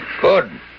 Good